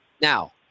Now